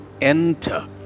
enter